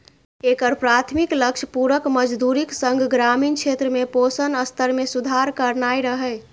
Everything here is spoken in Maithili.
एकर प्राथमिक लक्ष्य पूरक मजदूरीक संग ग्रामीण क्षेत्र में पोषण स्तर मे सुधार करनाय रहै